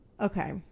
Okay